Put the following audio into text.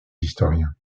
historiens